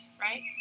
right